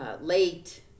late